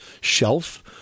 shelf